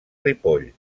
ripoll